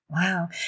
Wow